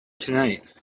tonight